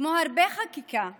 כמו הרבה מהחקיקה בזמנו,